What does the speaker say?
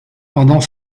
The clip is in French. pendant